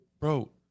Bro